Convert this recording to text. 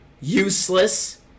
useless